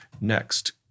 Next